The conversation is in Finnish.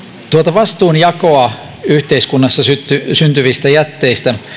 vastuunjakoa yhteiskunnassa syntyvistä syntyvistä jätteistä